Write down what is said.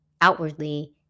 outwardly